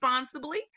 responsibly